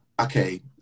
okay